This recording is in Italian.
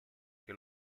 che